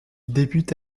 débute